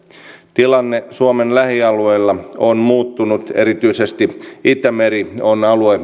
tilanne suomen lähialueilla on muuttunut erityisesti itämeri on alue